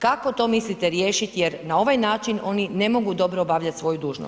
Kako to mislite riješiti jer na ovaj način oni ne mogu dobro obavljati svoju dužnost.